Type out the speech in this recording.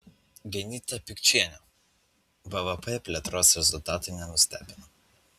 genytė pikčienė bvp plėtros rezultatai nenustebino